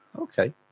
Okay